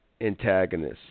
antagonists